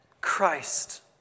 Christ